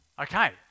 Okay